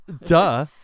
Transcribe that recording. Duh